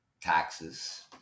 taxes